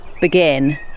begin